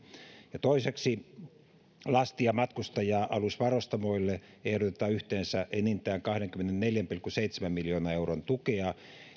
toiseksi lasti ja matkustaja alusvarustamoille ehdotetaan yhteensä enintään kahdenkymmenenneljän pilkku seitsemän miljoonan euron tukea